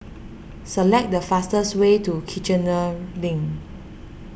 select the fastest way to Kiichener Link